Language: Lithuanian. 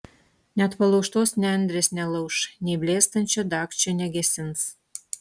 net palaužtos nendrės nelauš nei blėstančio dagčio negesins